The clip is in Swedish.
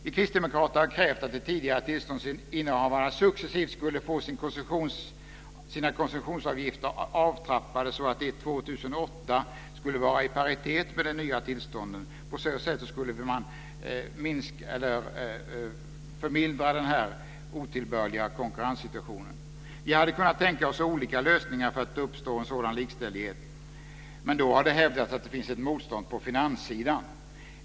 Vi kristdemokrater har krävt att de tidigare tillståndsinnehavarna successivt ska få sina koncessionsavgifter avtrappade så att de år 2008 är i paritet med de nya tillstånden. På så sätt skulle den otillbörliga konkurrenssituationen förmildras. Vi hade kunnat tänka oss olika lösningar för att uppnå en sådan likställighet men det har då hävdats att det finns ett motstånd på finanssidan.